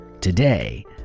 today